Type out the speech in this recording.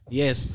yes